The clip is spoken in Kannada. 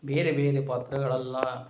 ಬೇರೆ ಬೇರೆ ಪಾತ್ರಗಳಲ್ಲ